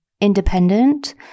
independent